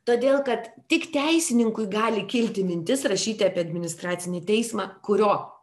todėl kad tik teisininkui gali kilti mintis rašyti apie administracinį teismą kurio